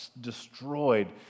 destroyed